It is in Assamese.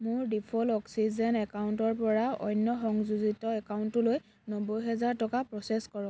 মোৰ ডিফল অক্সিজেন একাউণ্টৰপৰা অন্য সংযোজিত একাউণ্টলৈ নব্বৈ হাজাৰ টকা প্ৰ'চেছ কৰক